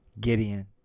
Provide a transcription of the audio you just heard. Gideon